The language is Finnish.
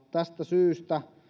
tästä syystä